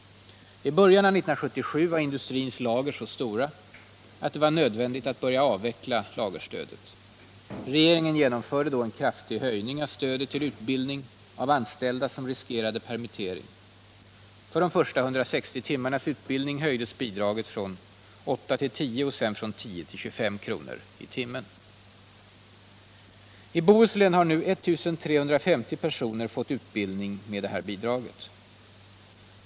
I början av 1977 var industrins lager så stora att det var nödvändigt att börja avveckla lagerstödet. Regeringen genomförde då en kraftig höjning av stödet till utbildning av anställda som riskerade permittering. För de första 160 timmarnas utbildning höjdes bidraget från 8 till 10 och sedan från 10 till 25 kr. i timmen. I Bohuslän har nu 1 350 personer fått utbildning med detta bidrag.